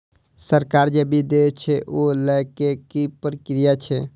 सरकार जे बीज देय छै ओ लय केँ की प्रक्रिया छै?